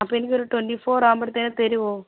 അപ്പോൾ എനിക്ക് ഒരു ട്വന്റി ഫോര് ആവുമ്പോഴത്തേന് തരുമോ